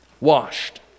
washed